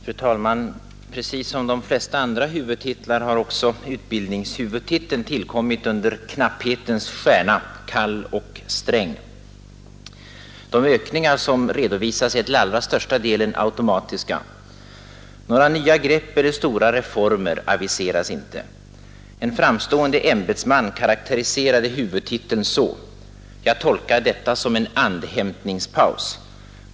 Fru talman! Precis som de flesta andra huvudtitlar har också utbildningshuvudtiteln tillkommit under knapphetens stjärna — kall och Sträng. De ökningar som redovisas är till allra största delen automatiska. Några nya grepp eller stora reformer aviseras inte. En framstående ämbetsman karaktäriserade huvudtiteln så: ”Jag tolkar detta som en andhämtningspaus.